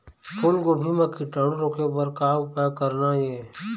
फूलगोभी म कीटाणु रोके बर का उपाय करना ये?